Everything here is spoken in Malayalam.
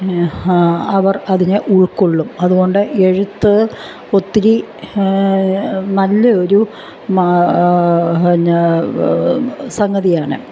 അവർ അതിനെ ഉൾക്കൊള്ളും അതുകൊണ്ട് എഴുത്ത് ഒത്തിരി നല്ല ഒരു സംഗതിയാണ്